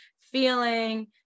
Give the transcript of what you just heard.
feeling